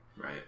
Right